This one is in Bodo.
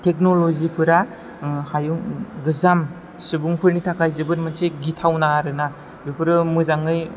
टेक्न'लजिफोरा हायुं गोजाम सुबुंफोरनि थाखाय जोबोद मोनसे गिथावना आरो ना बेफोरो मोजाङै